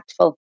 impactful